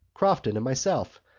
crofton and myself.